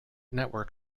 network